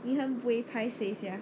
你很 buay paiseh sia